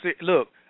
look